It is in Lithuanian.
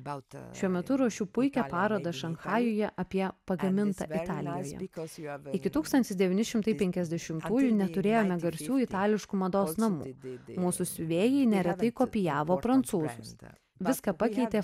šiuo metu ruošiu puikią parodą šanchajuje apie pagamintą italijoje iki tūkstantis devyni šimtai penkiasdešimtųjų neturėjome garsių itališkų mados namų mūsų siuvėjai neretai kopijavo prancūzus viską pakeitė